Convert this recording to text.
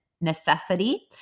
necessity